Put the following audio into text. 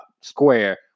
Square